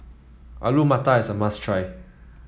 Alu Matar is a must try